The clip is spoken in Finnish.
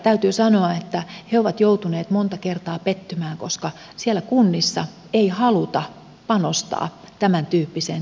täytyy sanoa että he ovat joutuneet monta kertaa pettymään koska siellä kunnissa ei haluta panostaa tämäntyyppiseen toimintaan